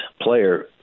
player